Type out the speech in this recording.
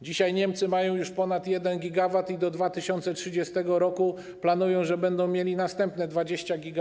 Dzisiaj Niemcy mają już ponad 1 GW i do 2030 r. planują, że będą mieli następne 20 GW.